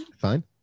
Fine